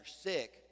sick